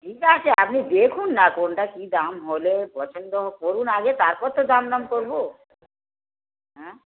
ঠিক আছে আপনি দেখুন না কোনটা কী দাম হলে পছন্দ করুন আগে তারপর তো দাম দাম করবো হ্যাঁ